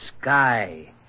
sky